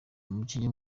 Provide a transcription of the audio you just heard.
umukinnyi